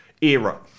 era